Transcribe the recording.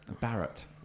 Barrett